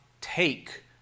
take